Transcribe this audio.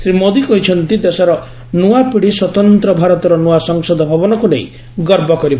ଶ୍ରୀ ମୋଦି କହିଛନ୍ତି ଦେଶର ନିଆପିଢ଼ି ସ୍ୱତନ୍ତ ଭାରତର ନୁଆ ସଂସଦ ଭବନକୁ ନେଇ ଗର୍ବ କରିବ